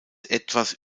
etwas